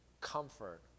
Comfort